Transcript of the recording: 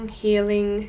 healing